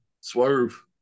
Swerve